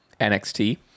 nxt